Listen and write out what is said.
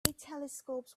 telescopes